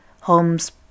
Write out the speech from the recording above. Holmes